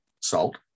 Salt